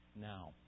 now